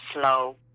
slow